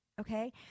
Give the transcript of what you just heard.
Okay